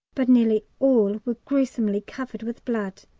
but nearly all were gruesomely covered with blood.